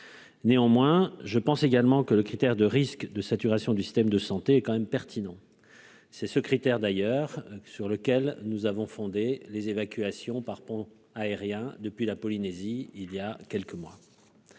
néanmoins je pense également que le critère de risque de saturation du système de santé quand même pertinent, c'est ce critère d'ailleurs sur lequel nous avons fondé les évacuations par pont aérien depuis la Polynésie, il y a quelques mois.